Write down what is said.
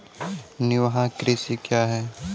निवाहक कृषि क्या हैं?